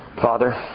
Father